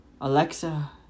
Alexa